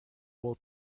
will